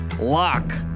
Lock